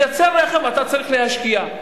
לייצר רכב, אתה צריך להשקיע.